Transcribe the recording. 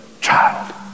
child